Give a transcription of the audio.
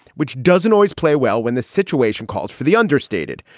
which doesn't always play well when the situation calls for the understated.